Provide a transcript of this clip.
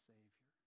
Savior